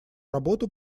работу